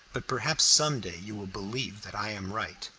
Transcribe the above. but perhaps some day you will believe that i am right.